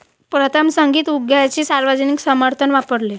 प्रथम, संगीत उद्योगाने सार्वजनिक समर्थन वापरले